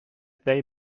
they